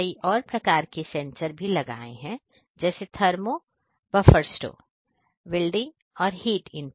विल्डिंग और heat input